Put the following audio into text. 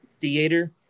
theater